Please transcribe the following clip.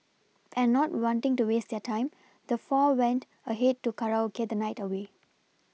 and not wanting to waste their time the four went ahead to karaoke the night away